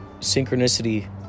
synchronicity